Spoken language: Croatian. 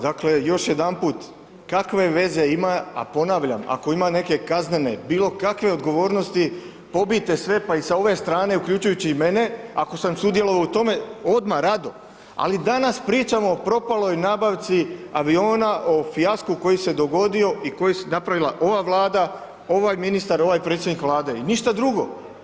Dakle, još jedanput, kakve veze ima, a ponavljam, ako ima neke kaznene, bilo kakve odgovornosti, pobijte sve, pa i sa ove strane, uključujući i mene ako sam sudjelovao u tome, odma, rado, ali danas pričamo o propaloj nabavci aviona, o fijasku koji se dogodio i koji je napravila ova Vlada, ovaj ministar, ovaj predsjednik Vlade i ništa drugo.